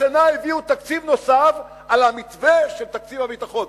השנה הביאו תקציב נוסף על המתווה של תקציב הביטחון.